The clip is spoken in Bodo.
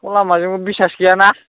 सिखाव लामाजोंबो बिसास गैयाना